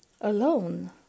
alone